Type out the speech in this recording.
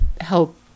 help